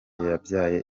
yabyaye